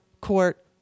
Court